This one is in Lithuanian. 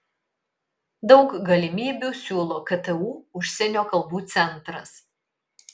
daug galimybių siūlo ktu užsienio kalbų centras